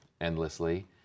endlessly